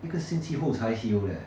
一个星期后才 heal leh